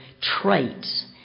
traits